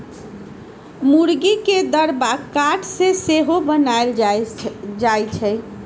मूर्गी के दरबा काठ से सेहो बनाएल जाए छै